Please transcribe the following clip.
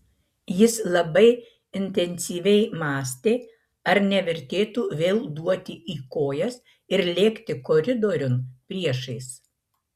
jis labai intensyviai mąstė ar nevertėtų vėl duoti į kojas ir lėkti koridoriun priešais